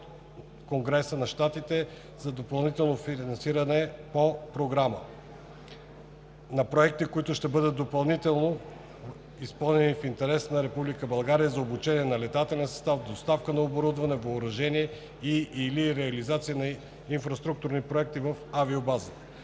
Конгреса на щатите на допълнително финансиране по програмата на проекти, които ще бъдат изпълнени в интерес на Република България – за обучение на летателен състав, доставка на оборудване, въоръжение и/или за реализация на инфраструктурни проекти в авиобазата.